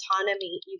autonomy